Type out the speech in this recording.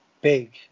Big